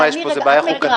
יש פה איזו בעיה חוקתית?